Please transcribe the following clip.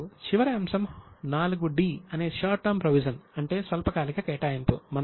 మరియు చివరి అంశం 4 d అనే షార్ట్ టర్మ్ ప్రొవిజన్ అంటే స్వల్పకాలిక కేటాయింపు